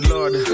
Lord